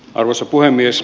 arvoisa puhemies